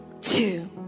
two